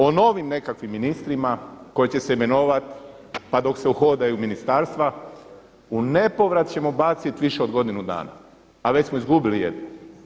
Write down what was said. O novim nekakvim ministrima koji će se imenovati, pa dok se uhodaju ministarstva u nepovrat ćemo bacit više od godinu dana, a već smo izgubili jednu.